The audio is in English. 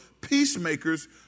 peacemakers